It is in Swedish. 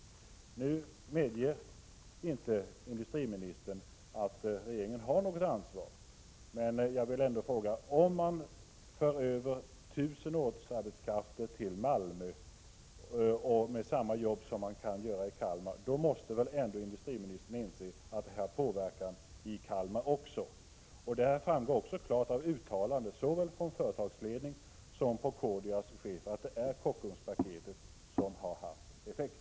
1987/88:27 medger inte industriministern att regeringen har något ansvar, men jag vill 19 november 1987 ändå fråga: Om 1 000 årsarbetskrafter förs över till Malmö, med samma jobb som kan göras i Kalmar, inser då inte industriministern att detta påverkar arbetet i Kalmar? Det framgår klart av uttalanden från såväl företagsledning som Procordias chef att det är Kockumspaketet som har haft effekt.